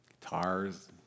guitars